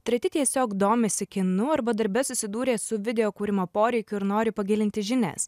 treti tiesiog domisi kinu arba darbe susidūrė su video kūrimo poreikiu ir nori pagilinti žinias